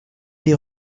des